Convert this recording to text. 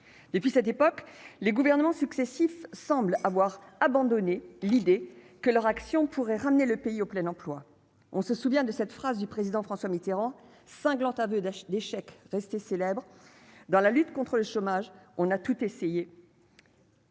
depuis cette époque, les gouvernements successifs semblent avoir abandonné l'idée que leur action pourrait ramener le pays au plein emploi, on se souvient de cette phrase du président François Mitterrand cinglante aveu de l'échec restées célèbres dans la lutte contre le chômage on a tout essayé.